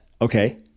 Okay